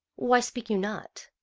why speak you not?